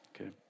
Okay